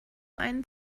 einen